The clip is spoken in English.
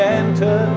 enter